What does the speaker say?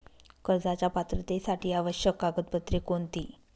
कर्जाच्या पात्रतेसाठी आवश्यक कागदपत्रे कोणती?